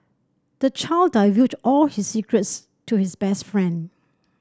the child divulged all his secrets to his best friend